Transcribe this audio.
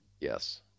Yes